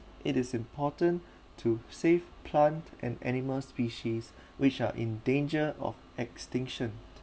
it is important to save plant and animal species which are in danger of extinction